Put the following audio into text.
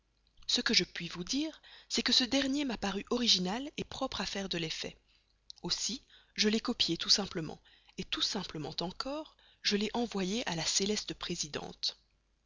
ce que je puis vous dire c'est que ce dernier m'a paru original propre à faire de l'effet aussi je l'ai copié tout simplement tout simplement encore je l'ai envoyé à la céleste présidente